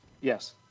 Yes